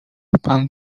pan